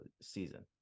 season